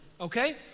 Okay